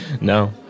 No